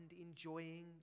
enjoying